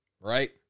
right